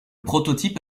prototype